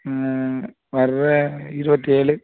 வர்ற இருபத்தி ஏழு